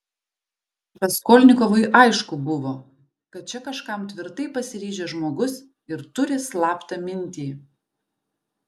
raskolnikovui aišku buvo kad čia kažkam tvirtai pasiryžęs žmogus ir turi slaptą mintį